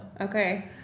Okay